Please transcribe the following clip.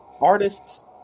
artists